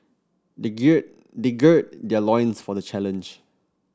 they gird they gird their loins for the challenge